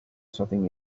something